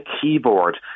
keyboard